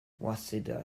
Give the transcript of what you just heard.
waseda